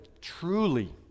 truly